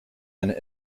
and